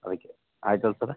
ಅದಕ್ಕೆ ಆಯ್ತಲ್ಲ ಸರ್